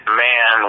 man